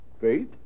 Faith